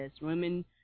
women